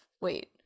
Wait